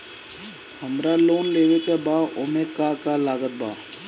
हमरा लोन लेवे के बा ओमे का का लागत बा?